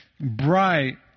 bright